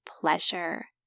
pleasure